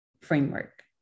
framework